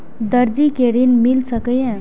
दर्जी कै ऋण मिल सके ये?